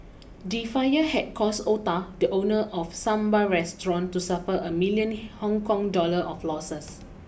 the fire had caused Ota the owner of a Sambar restaurant to suffer a million Hong Kong dollar of losses